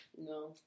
No